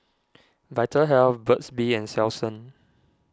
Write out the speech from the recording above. Vitahealth Burt's Bee and Selsun